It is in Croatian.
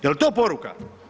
Jel to poruka?